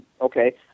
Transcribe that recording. okay